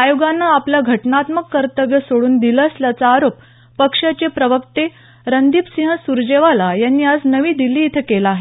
आयोगानं आपलं घटनात्मक कर्तव्य सोडून दिलं असल्याचा आरोप पक्षाचे प्रवक्ते रणदीपसिंह सुरजेवाला यांनी आज नवी दिल्लीत केलं आहे